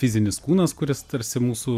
fizinis kūnas kuris tarsi mūsų